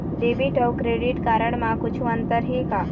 Debit अऊ credit card म कुछू अंतर हे का?